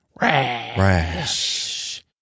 Rash